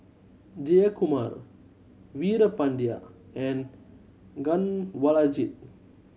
Jayakumar Veerapandiya and Kanwaljit